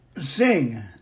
sing